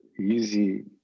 easy